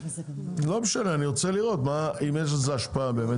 אני רוצה לראות אם יש לזה השפעה.